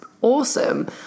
awesome